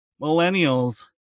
millennials